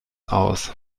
aus